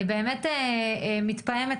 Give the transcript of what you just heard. ואני מתפעמת.